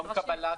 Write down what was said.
ממה נבהלת?